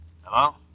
Hello